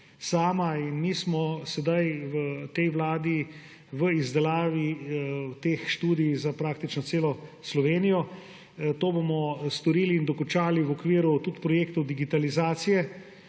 Mi smo sedaj v tej vladi v izdelavi teh študij za praktično celo Slovenijo. To bomo storili in dokončali v okviru tudi projektov digitalizacije,